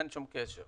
אין שום קשר.